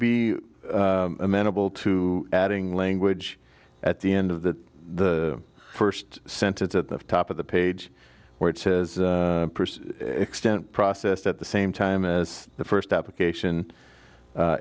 be amenable to adding language at the end of that the first sentence at the top of the page where it says person extent processed at the same time as the first application